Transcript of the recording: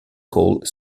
cole